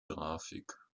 grafik